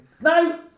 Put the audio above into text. No